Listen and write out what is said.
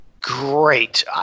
great